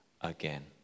again